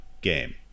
game